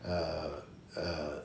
uh uh